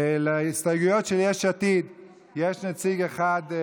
להסתייגויות של יש עתיד יש נציג אחד,